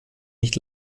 nicht